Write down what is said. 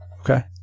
Okay